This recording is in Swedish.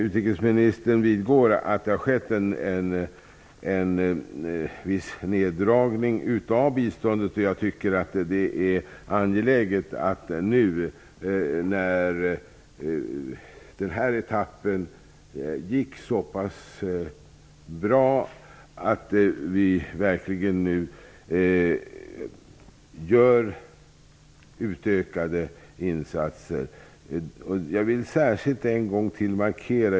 Utrikesministern vidgår att det har skett en viss neddragning av biståndet. Jag tycker att det är angeläget att vi nu, när den första etappen gått såpass bra, verkligen utökar insatserna.